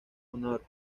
honor